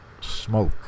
Smoke